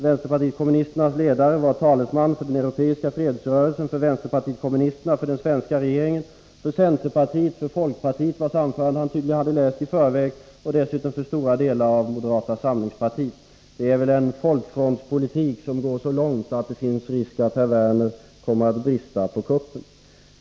Vänsterpartiet kommunisternas ledare var talesman för den europeiska fredsrörelsen, för vänsterpartiet kommunisterna, för den svenska regeringen, för centerpartiet, för folkpartiet — anförandet av dess företrädare hade han tydligen läst i förväg — och dessutom för stora delar av moderata samlingspartiet. Det är väl en folkfrontspolitik som går så långt att det finns risk för att herr Werner kommer att brista på kuppen!